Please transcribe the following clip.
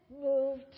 moved